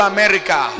America